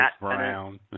Brown